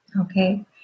Okay